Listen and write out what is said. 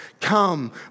Come